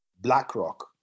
BlackRock